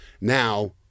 now